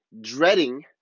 dreading